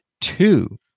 two